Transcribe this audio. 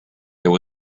there